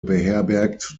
beherbergt